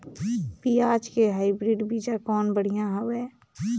पियाज के हाईब्रिड बीजा कौन बढ़िया हवय?